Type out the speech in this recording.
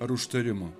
ar užtarimo